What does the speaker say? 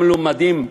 המלומדים,